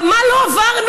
מה לא עברנו?